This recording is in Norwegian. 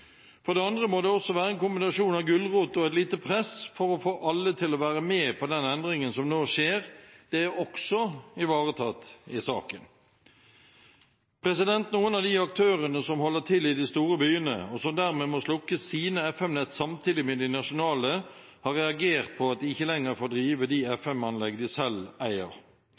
For det andre må det også være en kombinasjon av gulrot og et lite press for å få alle til å være med på den endringen som nå skjer. Det er også ivaretatt i saken. Noen av de aktørene som holder til i de store byene, og som dermed må slukke sine FM-nett samtidig med de nasjonale, har reagert på at de ikke lenger får drive de